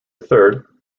third